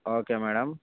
okay madam